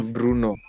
Bruno